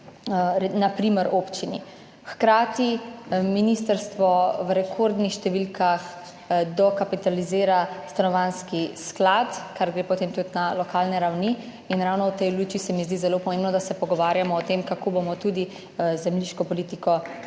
na primer občini. Hkrati ministrstvo v rekordnih številkah dokapitalizira Stanovanjski sklad Republike Slovenije, kar gre potem tudi na lokalne ravni in ravno v tej luči se mi zdi zelo pomembno, da se pogovarjamo o tem, kako bomo tudi zemljiško politiko